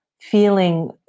feeling